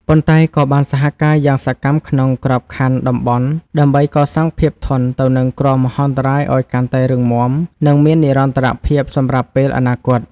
ប៉ុន្តែក៏បានសហការយ៉ាងសកម្មក្នុងក្របខ័ណ្ឌតំបន់ ដើម្បីកសាងភាពធន់ទៅនឹងគ្រោះមហន្តរាយឱ្យកាន់តែរឹងមាំ និងមាននិរន្តរភាពសម្រាប់ពេលអនាគត។